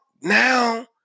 now